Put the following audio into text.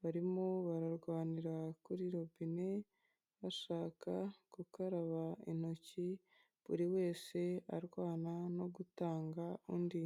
barimo bararwanira kuri robine bashaka gukaraba intoki buri wese arwana no gutanga undi.